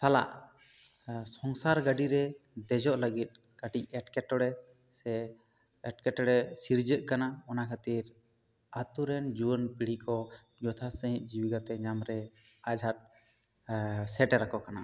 ᱥᱟᱞᱟᱜ ᱥᱚᱝᱥᱟᱨ ᱜᱟᱹᱰᱤ ᱨᱮ ᱫᱮᱡᱚᱜ ᱞᱟᱹᱜᱤᱫ ᱠᱟᱹᱴᱤᱡ ᱮᱴᱠᱮᱴᱚᱬᱮ ᱥᱮ ᱮᱴᱠᱮᱴᱚᱬᱮ ᱥᱤᱨᱡᱟᱹᱜ ᱠᱟᱱᱟ ᱚᱱᱟ ᱠᱷᱟᱹᱛᱤᱨ ᱟᱛᱳ ᱨᱮᱱ ᱡᱩᱣᱟᱹᱱ ᱯᱤᱲᱦᱤ ᱠᱚ ᱡᱚᱛᱷᱟᱛ ᱥᱟᱹᱦᱤᱡ ᱡᱤᱣᱤ ᱜᱟᱛᱮ ᱧᱟᱢ ᱨᱮ ᱟᱡᱷᱟᱸᱴ ᱥᱮᱴᱮᱨ ᱟᱠᱚ ᱠᱟᱱᱟ